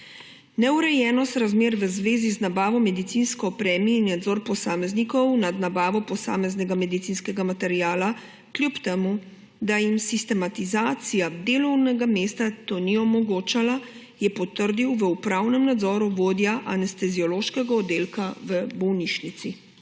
Neurejenost razmer v zvezi z nabavo medicinske opreme in nadzor posameznikov nad nabavo posameznega medicinskega materiala, kljub temu da jim sistematizacija delovnega mesta to ni omogočala, je potrdil v upravnem nadzoru vodja anesteziološkega oddelka v bolnišnici.